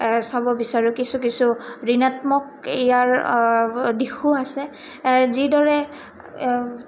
চাব বিচাৰোঁ কিছু কিছু ঋণাত্মক ইয়াৰ দিশো আছে যিদৰে